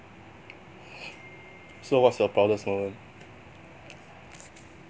so what's your proudest moment